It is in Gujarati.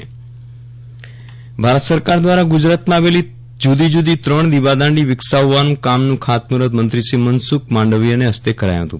વિરલ રાણા દીવાદાંડી ભારત સરકાર ધ્વારા ગુજરાતમાં આવેલી જુદી જુદી ત્રણ દિવાદાંડી વિકસાવવાના કામનું ખાતમુર્હુત મંત્રીશ્રી મનસુખ માંડવિયાના હસ્તે કરાયું હતું